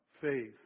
faith